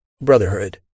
brotherhood